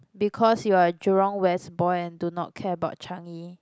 because you're Jurong West boy and do not care about Changi